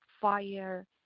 fire